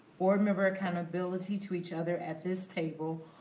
board member accountability to each other at this table,